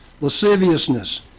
lasciviousness